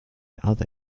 other